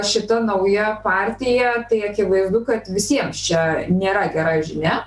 šita nauja partija tai akivaizdu kad visiems čia nėra gera žinia